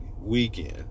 weekend